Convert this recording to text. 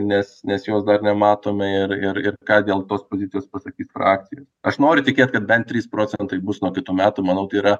nes nes jos dar nematome ir ir ir ką dėl tos pozicijos pasakyt frakcijoj aš noriu tikėt kad bent trys procentai bus nuo kitų metų manau tai yra